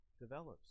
develops